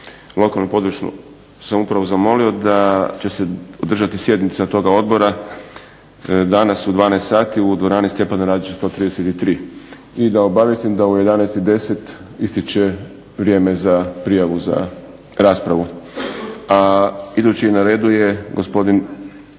lokalnu i područnu samoupravu zamolio da će se održati sjednica toga odbora danas u 12,00 sati u dvorani Stjepana Radića 133. I da obavijestim da u 11,10 ističe vrijeme za prijavu za raspravu. A idući na redu je gospodin